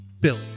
Billy